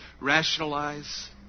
rationalize